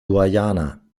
guyana